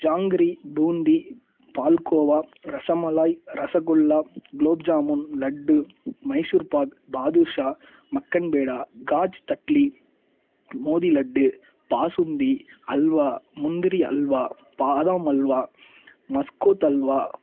ஜாங்கிரி பூந்தி பால்கோவா ரசமலாய் ரசகுல்லா குலோப் ஜாமுன் லட்டு மைசூர்பாக் பாதுஷா மக்கன் பேடா காஜ் தட்லி மோதி லட்டு பாசுந்தி அல்வா முந்திரி அல்வா பாதாம் அல்வா மஸ்கோத் அல்வா